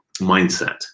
mindset